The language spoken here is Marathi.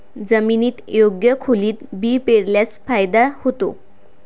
जमिनीत योग्य खोलीत बी पेरल्यास फायदा होतो